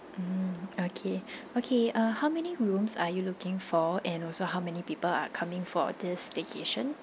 mm okay okay uh how many rooms are you looking for and also how many people are coming for this staycation